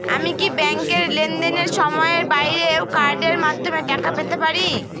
আমি কি ব্যাংকের লেনদেনের সময়ের বাইরেও কার্ডের মাধ্যমে টাকা পেতে পারি?